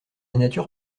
nature